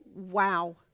Wow